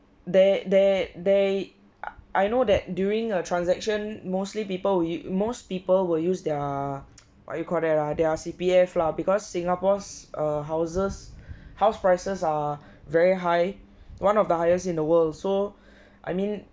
there there there I know that during a transaction mostly people will u~ most people will use their what you call that uh their C_P_F lah because singapore's err houses house prices are very high one of the highest in the world so I mean